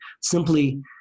simply